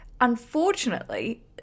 unfortunately